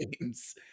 games